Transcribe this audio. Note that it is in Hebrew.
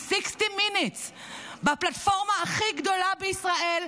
ב- ,60 Minutesבפלטפורמה הכי גדולה בישראל: